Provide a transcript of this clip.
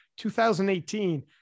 2018